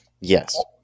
Yes